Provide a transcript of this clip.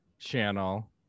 channel